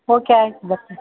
okay ಆಯ್ತು ಅದು